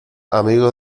amigo